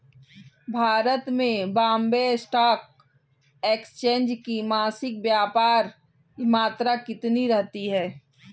भारत में Bombay stock exchange की मासिक व्यापार मात्रा कितनी रहती है?